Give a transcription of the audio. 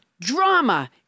drama